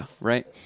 right